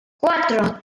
cuatro